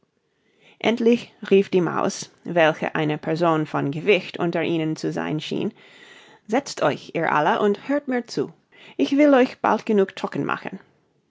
endlich rief die maus welche eine person von gewicht unter ihnen zu sein schien setzt euch ihr alle und hört mir zu ich will euch bald genug trocken machen